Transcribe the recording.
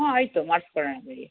ಹಾಂ ಆಯಿತು ಮಾಡ್ಸ್ಕೊಡೋಣ ಬಿಡಿ